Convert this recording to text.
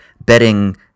betting